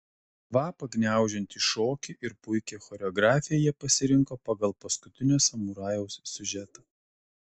kvapą gniaužiantį šokį ir puikią choreografiją jie pasirinko pagal paskutinio samurajaus siužetą